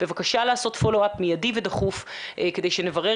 בבקשה לעשות פולו-אפ מיידי ודחוף כדי שנברר